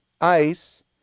ice